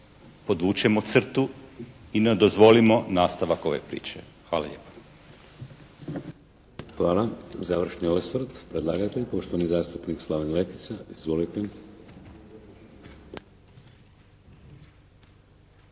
podvučemo crtu i ne dozvolimo nastavak ove priče. Hvala lijepa.